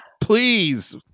please